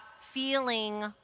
feeling